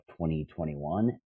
2021